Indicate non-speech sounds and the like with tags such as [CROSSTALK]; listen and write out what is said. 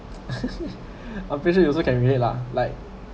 [LAUGHS] [BREATH] I appreciate you also can relate lah like